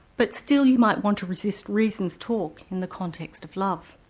but still you might want to resist reasons talk in the context of love.